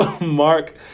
Mark